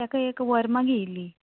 ताका एक व्हर मागीर इल्ली